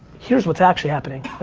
here's what's actually happening. and